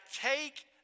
take